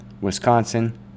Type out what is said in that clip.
wisconsin